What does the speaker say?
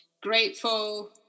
grateful